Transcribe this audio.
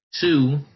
Two